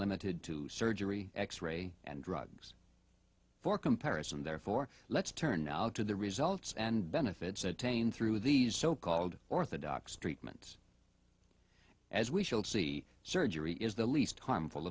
limited to surgery x ray and drugs for comparison therefore let's turn now to the results and benefits attained through these so called orthodox treatments as we shall see surgery is the least harmful